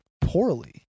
poorly